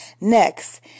Next